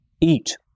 eat